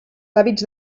hàbits